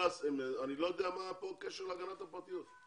אני לא יודע מה הקשר כאן להגנת הפרטיות.